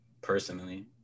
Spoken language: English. personally